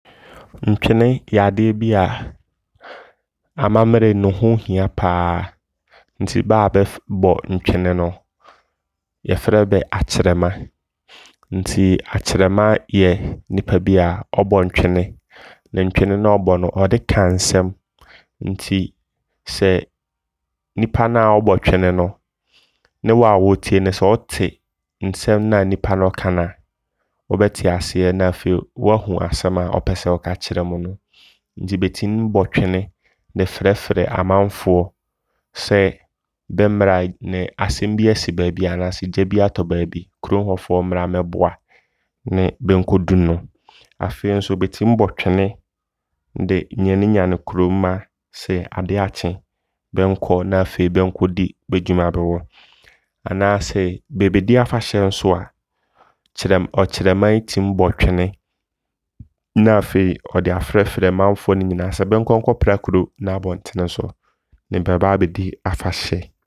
Ntwene ne yɛ adeɛ bia amammerɛ mu no ho hia paa. Nti baa bɛf bɔ ntwene no yɛfrɛ bɛ akyerɛma. Nti akyerɛma yɛ nnipa bia ɔbɔ ntwene. Ne ntwene noa ɔbɔ no ɔde ka nsɛm. Nti sɛ nnipa na ɔɔbɔ twene no ne waa wɔɔtie no sɛ wote nsɛm na nnipa no ɔɔka na wobɛte aseɛ. Na afei wahu asɛm a ɔpɛsɛ ɔka kyerɛ mo no. Nti bɛtim bɔ twene de frɛfrɛ amanfoɔ sɛ bɛmmra ne asɛm bi asi baabi anaasɛ gya bi atɔ baabi. Kurom hɔfoɔ mmra mmɛboa ne bɛ nkɔdum no. Afei nso bɛtim bɔ twene de nyanenyane kuro mma sɛ adeakye bɛnkɔ ne afei bɛnkɔdi bɛdwuma bɛwɔ. Anaasɛ bɛɛbɛdi afahyɛ nso a kyerɛm ɔkyerɛma yi tim bɔ twene na afei ɔde afrɛfrɛ mamfoɔ no nyinaa sɛ bɛnkɔ pra kuro no abɔntene so ne bɛɛba abɛdi afahyɛ.